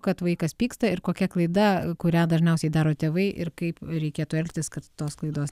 kad vaikas pyksta ir kokia klaida kurią dažniausiai daro tėvai ir kaip reikėtų elgtis kad tos klaidos